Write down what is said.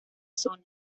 zona